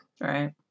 Right